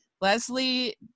Leslie